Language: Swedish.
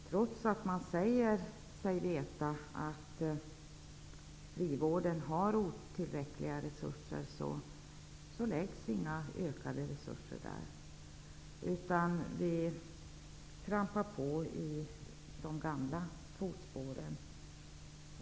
Trots att man säger sig veta att frivården har otillräckliga resurser blir det inga ökade resurser där. I stället trampar vi på i de gamla fotspåren.